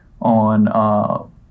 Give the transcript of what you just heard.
on